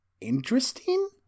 interesting